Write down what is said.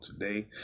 today